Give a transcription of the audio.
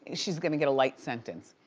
and she's gonna get a light sentence,